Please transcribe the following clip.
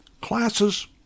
classes